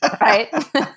right